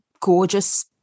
gorgeous